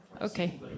Okay